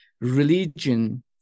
religion